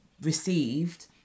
received